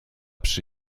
przy